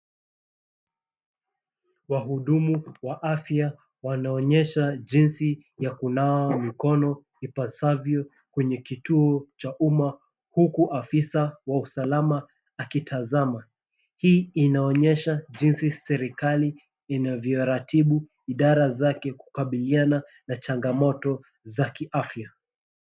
Wahudumu wa afya wanaonyesha jinsi ya kunawa mkono ipasavyo kwenye kituo cha uma huku afisa wa usalama akitazama. Hii inaonyesha jinsi serikali inavyoratibu idara zake kukabiliana na changamoto za kiafya.